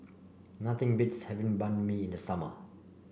nothing beats having Banh Mi in the summer